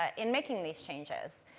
ah in making these changes.